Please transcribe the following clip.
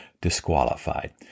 disqualified